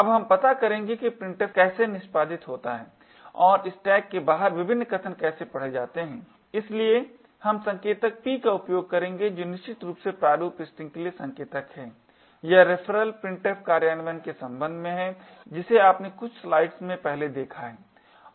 अब हम पता करेंगे कि printf कैसे निष्पादित होता है और स्टैक के बाहर विभिन्न कथन कैसे पढ़े जाते हैं इसलिए हम संकेतक p का उपयोग करेंगे जो निश्चित रूप से प्रारूप स्ट्रिंग के लिए संकेतक है यह रेफरल printf कार्यान्वयन के संबंध में है जिसे आपने कुछ स्लाइड्स में पहले देखा है